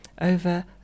over